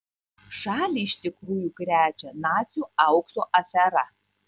šalį iš tikrųjų krečia nacių aukso afera